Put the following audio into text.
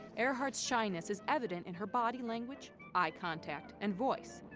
earhart's shyness is evident in her body language, eye contact, and voice.